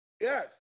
Yes